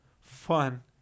fun